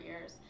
ears